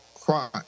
crime